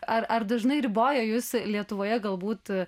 ar ar dažnai riboja jus lietuvoje galbūt